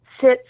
sits